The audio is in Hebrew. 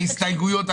בהסתייגויות,